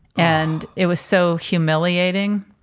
and it was so humiliating.